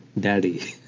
daddy.